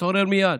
מתעורר מייד.